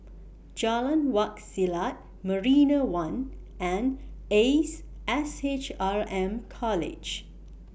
Jalan Wak Selat Marina one and Ace S H R M College